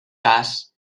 cas